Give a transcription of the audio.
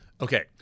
Okay